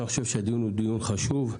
אני חושב שהדיון הוא דיון חשוב.